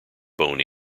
bone